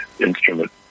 instrument